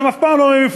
שהם אף פעם לא ממפלגתו,